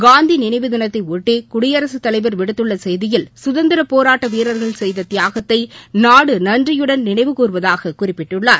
காந்தி நினைவு தினத்தைபொட்டி குடியரசுத் தலைவர் விடுத்துள்ள செய்தியில் குதந்திரப் போராட்ட வீரர்கள் செய்த தியாகத்தை நாடு நன்றியுடன் நினைவு கூர்வதாகக் குறிப்பிட்டுள்ளார்